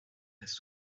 reste